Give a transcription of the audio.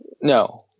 No